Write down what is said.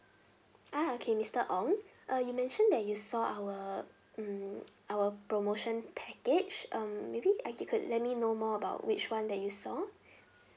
ah okay mister ong uh you mention that you saw our mm our promotion package um maybe I you could let me know more about which [one] that you saw